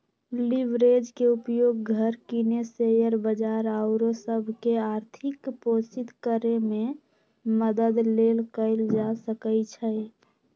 leverage के उपयोग घर किने, शेयर बजार आउरो सभ के आर्थिक पोषित करेमे मदद लेल कएल जा सकइ छै